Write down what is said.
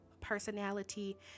personality